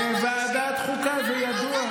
בוועדת החוקה זה ידוע.